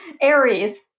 Aries